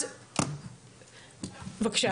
בבקשה.